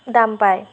দাম পায়